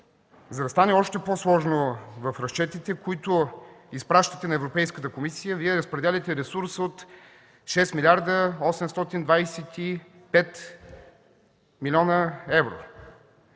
За да стане още по-сложно в разчетите, които изпращате на Европейската комисия, Вие разпределяте ресурс от 6 млрд. 825 млн.евро.